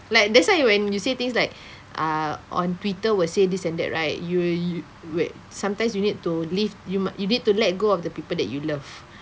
like that's why when you things like uh on Twitter will say this and that right you w~ you wait sometimes you need to leave you mu~ you need to let go of the people that you love